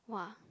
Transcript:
!wah!